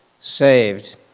saved